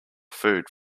food